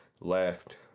left